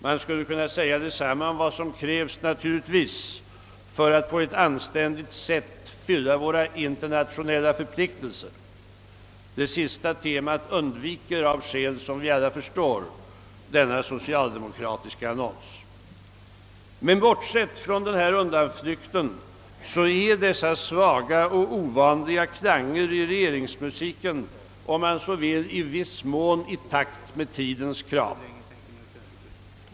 Man: skulle naturligtvis kunna säga detsamma om vad som krävs för att vi på ett anständigt sätt skall kunna fylla våra internationella förpliktelser. Det sista temat undviker av skäl som vi alla förstår den socialdemokratiska annonsen. Bortsett från denna undanflykt är dessa svaga och ovanliga klanger i regeringsmusiken, om man så vill, i takt med tidens krav.